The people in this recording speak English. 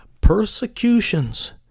persecutions